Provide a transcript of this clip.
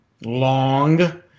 long –